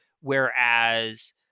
whereas